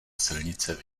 silnice